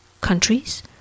countries